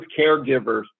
caregivers